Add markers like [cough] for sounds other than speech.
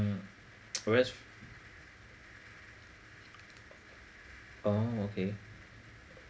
mm [noise] whereas oh okay